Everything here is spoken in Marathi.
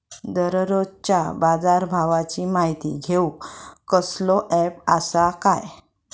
दररोजच्या बाजारभावाची माहिती घेऊक कसलो अँप आसा काय?